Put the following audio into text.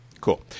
Cool